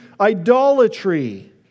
idolatry